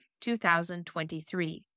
2023